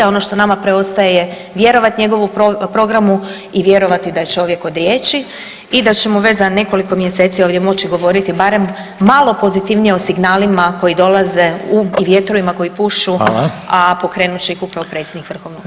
Ono što nama preostaje je vjerovati njegovu programu i vjerovati da je čovjek od riječi i da ćemo već za nekoliko mjeseci ovdje moći govoriti barem malo pozitivnije o signalima koji dolaze i vjetrovima koji pušu, [[Upadica: Hvala.]] a pokrenut će ih upravo predsjednik Vrhovnog suda.